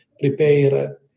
prepare